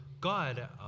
God